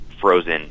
frozen